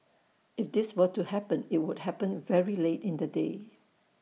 if this were to happen IT would happen very late in the day